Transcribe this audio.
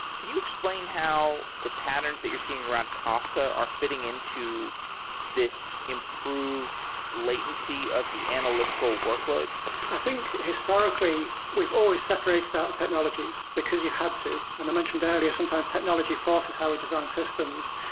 can you explain how the patterns that you're seeing around kafka are fitting into this improved latency of the analytical workloads? i think historically we've always separated out the technologies, because you had to. and i mentioned earlier, sometimes technology forces how we design systems.